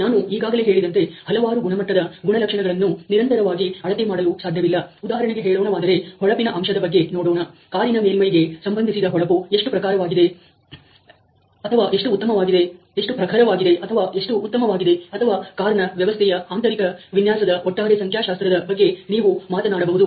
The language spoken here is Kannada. ನಾನು ಈಗಾಗಲೇ ಹೇಳಿದಂತೆ ಹಲವಾರು ಗುಣಮಟ್ಟದ ಗುಣಲಕ್ಷಣಗಳನ್ನು ನಿರಂತರವಾಗಿ ಅಳತೆ ಮಾಡಲು ಸಾಧ್ಯವಿಲ್ಲ ಉದಾಹರಣೆಗೆ ಹೇಳೋಣವಾದರೆ ಹೊಳಪಿನ ಅಂಶದ ಬಗ್ಗೆ ನೋಡೋಣ ಕಾರಿನ ಮೇಲ್ಮೈಗೆ ಸಂಬಂಧಿಸಿದ ಹೊಳಪು ಎಷ್ಟು ಪ್ರಖರವಾಗಿದೆ ಅಥವಾ ಎಷ್ಟು ಉತ್ತಮವಾಗಿದೆ ಅಥವಾ ಕಾರ್ ನ ವ್ಯವಸ್ಥೆಯ ಅಂತರಿಕ ವಿನ್ಯಾಸದ ಒಟ್ಟಾರೆ ಸಂಖ್ಯಾಶಾಸ್ತ್ರದ ಬಗ್ಗೆ ನೀವು ಮಾತನಾಡಬಹುದು